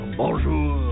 bonjour